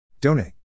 Donate